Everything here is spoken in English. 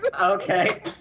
Okay